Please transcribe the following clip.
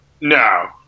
No